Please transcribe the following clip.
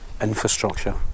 infrastructure